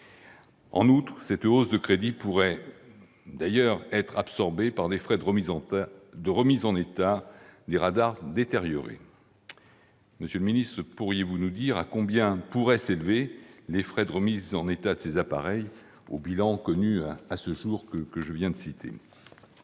En outre, cette hausse de crédits pourrait d'ailleurs être absorbée par les frais de remise en état des radars détériorés. Monsieur le secrétaire d'État, pourriez-vous nous dire à combien pourraient s'élever les frais de remise en état de ces appareils, compte tenu du bilan connu à ce jour et que je viens de citer ?